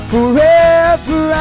Forever